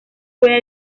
puede